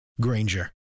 Granger